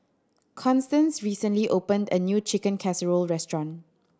Constance recently opened a new Chicken Casserole restaurant